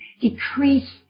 decrease